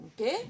Okay